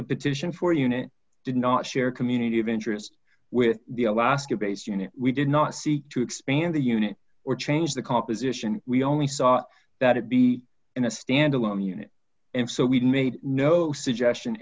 the petition for unit did not share community of interest with the alaska base unit we did not seek to expand the unit or change the composition we only saw that it be in a standalone unit and so we made no suggestion